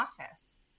office